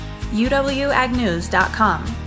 uwagnews.com